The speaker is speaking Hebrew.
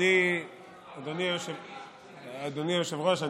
אדוני היושב-ראש,